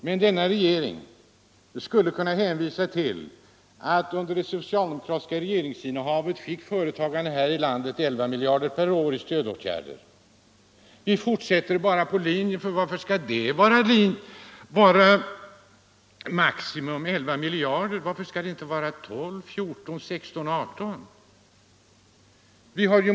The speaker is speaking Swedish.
Men den nya regeringen skulle kunna hänvisa till att under det socialdemokratiska regeringsinnehavet fick företagarna här i landet 11 miljarder per år i stödåtgärder och den skulle kunna säga: Vi fortsätter bara på den socialdemokratiska linjen, för varför skall 11 miljarder vara maximum? Varför skall det inte vara 12, 14, 16 celler 18 miljarder?